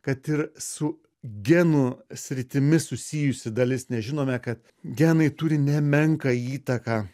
kad ir su genų sritimi susijusi dalis nes žinome kad genai turi nemenką įtaką